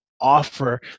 offer